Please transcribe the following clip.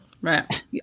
right